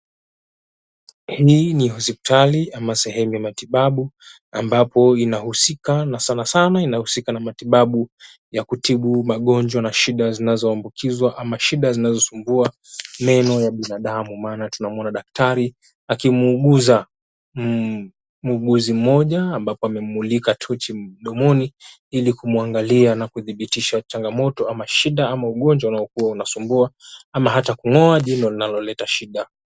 Hii ni hospitali ama sehemu ya matibabu. Ambapo inahusika na sana sana inahusika na matibabu ya kutibu magonjwa na shida zinazoambukizwa ama shida zinazosumbua meno ya binadamu. Maana tunamuona daktari akimuuguza muuguzi mmoja, ambapo amemulika tochi mdomoni ili kumwangalia na kudhibitisha changamoto ama shida ama ugonjwa unaokuwa unasumbua ama hata kung'oa jino linaloleta shida.